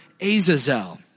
Azazel